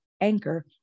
Anchor